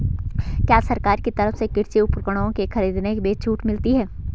क्या सरकार की तरफ से कृषि उपकरणों के खरीदने में छूट मिलती है?